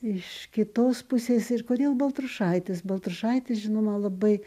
iš kitos pusės ir kodėl baltrušaitis baltrušaitis žinoma labai